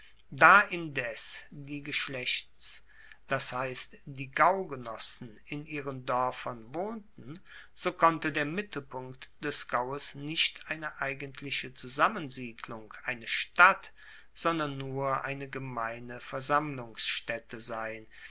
da indes die geschlechts das heisst die gaugenossen in ihren doerfern wohnten so konnte der mittelpunkt des gaues nicht eine eigentliche zusammensiedlung eine stadt sondern nur eine gemeine versammlungsstaette sein